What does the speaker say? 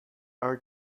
are